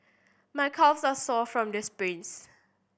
my calves are sore from this sprints